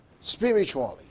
spiritually